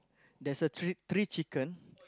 there's a three three chicken